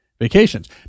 vacations